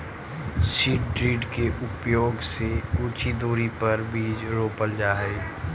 seed drill के उपयोग से उचित दूरी पर बीज रोपल जा हई